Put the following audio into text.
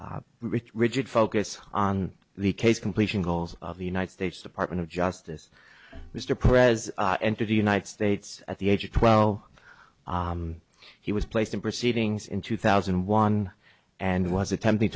js rich rigid focus on the case completion goals of the united states department of justice mr prez and to the united states at the age of twelve he was placed in proceedings in two thousand and one and was attempting